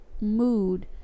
mood